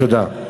תודה.